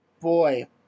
boy